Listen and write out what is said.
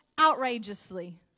outrageously